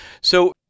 So-